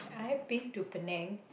I've been to Penang